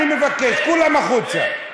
אני מבקש, כולם החוצה.